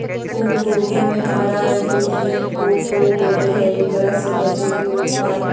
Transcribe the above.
फूल कोबी में हरा रंग के कीट हो गेलै हैं, एकरा से बचे के उपाय?